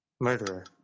murderer